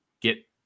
get